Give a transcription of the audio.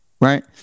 right